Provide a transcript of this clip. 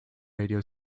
radio